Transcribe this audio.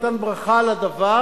נתן ברכה לדבר,